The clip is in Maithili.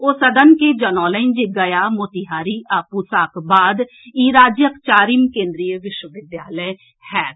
ओ सदन कें जनौलनि जे गया मोतिहारी आ पूसाक बाद ई राज्यक चारिम केन्द्रीय विश्वविद्यालय होयत